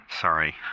sorry